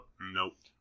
Nope